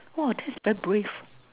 !wah! that's very brave